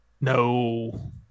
No